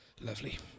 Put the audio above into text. Lovely